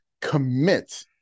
commit